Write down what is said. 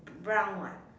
brown ah